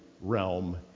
realm